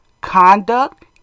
conduct